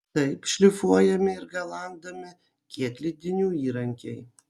taip šlifuojami ir galandami kietlydinių įrankiai